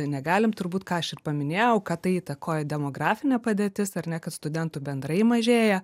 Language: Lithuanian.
negalim turbūt ką aš ir paminėjau kad tai įtakoja demografinė padėtis ar ne kad studentų bendrai mažėja